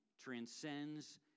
transcends